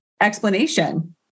explanation